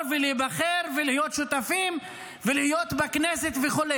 ולהיבחר ולהיות שותפים ולהיות בכנסת וכו'.